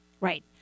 Right